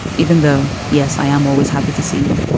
even though. yes, i am always happy to see you.